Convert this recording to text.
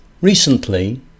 Recently